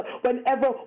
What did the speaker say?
Whenever